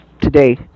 today